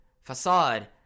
facade